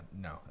No